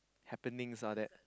happenings all that